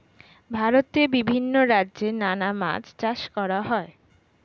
ভারতে বিভিন্ন রাজ্যে নানা মাছ চাষ করা হয়